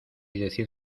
decir